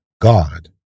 God